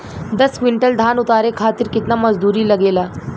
दस क्विंटल धान उतारे खातिर कितना मजदूरी लगे ला?